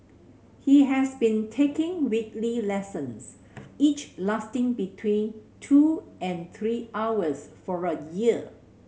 he has been taking weekly lessons each lasting between two and three hours for a year